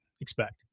expect